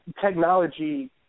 technology